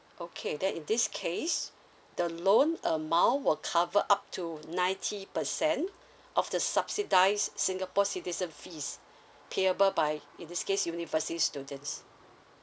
okay then in this case the loan amount will cover up to ninety percent of the subsidised singapore citizen fees payable by in this case university students